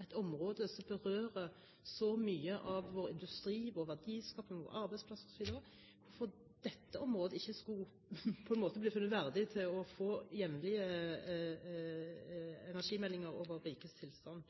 et område som berører så mye av vår industri, vår verdiskaping, våre arbeidsplasser, osv., på en måte ikke skulle bli funnet verdig til jevnlige meldinger – altså om rikets energitilstand.